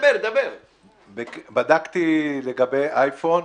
בדקתי לגבי אייפון,